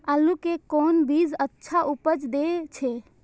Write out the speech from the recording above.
आलू के कोन बीज अच्छा उपज दे छे?